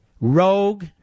rogue